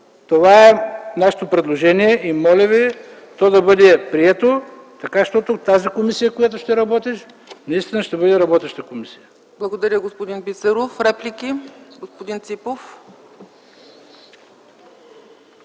Това е нашето предложение и моля ви то да бъде прието, така че тази комисия наистина да бъде работеща комисия.